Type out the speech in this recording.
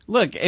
Look